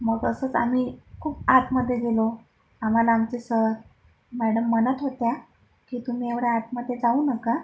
मग असंच आम्ही खूप आतमध्ये गेलो आम्हाला आमचे सर मॅडम म्हणत होत्या की तुम्ही एव्हढ्या आतमध्ये जाऊ नका